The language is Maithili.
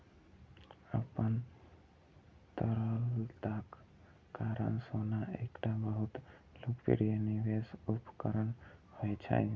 अपन तरलताक कारण सोना एकटा बहुत लोकप्रिय निवेश उपकरण होइ छै